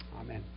Amen